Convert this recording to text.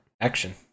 action